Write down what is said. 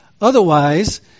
Otherwise